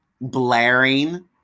blaring